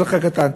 האזרח הקטן.